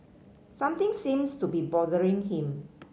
something seems to be bothering him